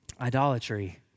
Idolatry